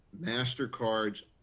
mastercard's